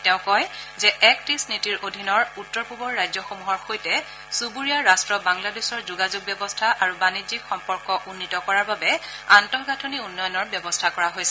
তেওঁ কয় যে এক্ট ইষ্ট নীতিৰ অধীনৰ উত্তৰ পূবৰ ৰাজ্যসমূহৰ সৈতে চুবুৰীয়া ৰাট্ট বাংলাদেশৰ যোগাযোগ ব্যৱস্থা আৰু বাণিজ্যিক সম্পৰ্ক উন্নীত কৰাৰ বাবে আন্তঃগাঁথনি উন্নয়নৰ ব্যৱস্থা কৰা হৈছে